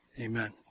Amen